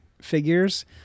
figures